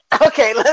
Okay